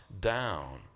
down